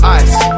ice